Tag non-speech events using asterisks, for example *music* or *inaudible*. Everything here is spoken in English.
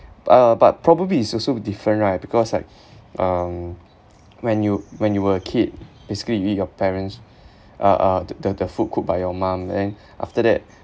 uh but probably is also different right because like um *noise* when you when you were a kid basically you eat your parents uh uh the the food cooked by your mum and then after that